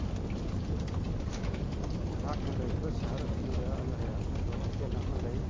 ꯑꯩꯍꯥꯛꯅ ꯂꯩꯔꯤꯕ ꯁꯍꯔ ꯑꯗꯨꯗ ꯑꯜ ꯍꯥꯌꯥꯠ ꯍꯥꯏꯕ ꯍꯣꯇꯦꯜ ꯑꯃ ꯂꯩ